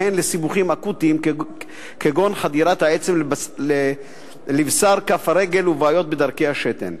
והן לסיבוכים אקוטיים כגון חדירת העצם לבשר כף הרגל ובעיות בדרכי השתן.